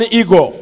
ego